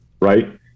right